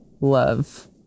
love